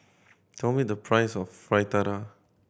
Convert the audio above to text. tell me the price of Fritada